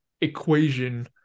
equation